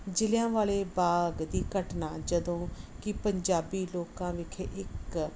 ਜਲ੍ਹਿਆਂਵਾਲਾ ਬਾਗ ਦੀ ਘਟਨਾ ਜਦੋਂ ਕਿ ਪੰਜਾਬੀ ਲੋਕਾਂ ਵਿਖੇ ਇੱਕ